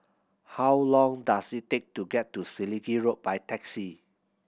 how long does it take to get to Selegie Road by taxi